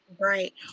Right